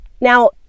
Now